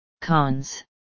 Cons